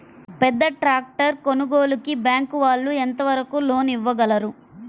పెద్ద ట్రాక్టర్ కొనుగోలుకి బ్యాంకు వాళ్ళు ఎంత వరకు లోన్ ఇవ్వగలరు?